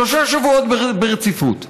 שלושה שבועות ברציפות?